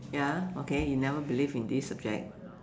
ya okay you never believe in this subject